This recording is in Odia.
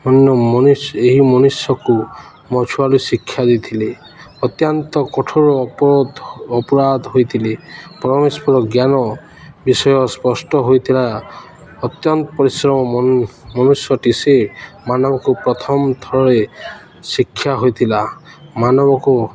ଅନ୍ୟ ମଣିଷ ଏହି ମଣିଷକୁ ମଛୁଆଳୁ ଶିକ୍ଷା ଦେଇଥିଲେ ଅତ୍ୟାନ୍ତ କୋଠର ଅପରାଧ ହୋଇଥିଲେ ପରମେଶ୍ୱର ଜ୍ଞାନ ବିଷୟ ସ୍ପଷ୍ଟ ହୋଇଥିଲା ଅତ୍ୟନ୍ତ ପରିଶ୍ରମ ମନୁଷ୍ୟଟି ସେ ମାନବକୁ ପ୍ରଥମ ଥରେ ଶିକ୍ଷା ହୋଇଥିଲା ମାନବକୁ